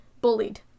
bullied